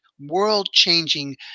world-changing